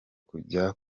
kujya